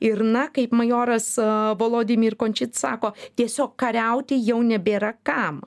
ir na kaip majoras aaa volodimir končit sako tiesiog kariauti jau nebėra kam